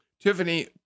Tiffany